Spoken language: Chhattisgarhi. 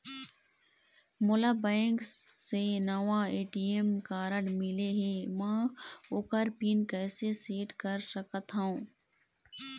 मोला बैंक से नावा ए.टी.एम कारड मिले हे, म ओकर पिन कैसे सेट कर सकत हव?